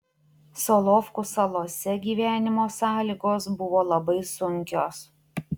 solovkų salose gyvenimo sąlygos buvo labai sunkios